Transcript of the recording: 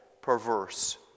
perverse